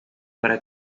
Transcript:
para